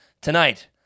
tonight